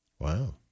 Wow